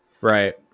right